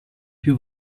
più